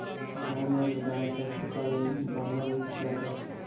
गांव में अनुदान से अस्पताल बनल बाटे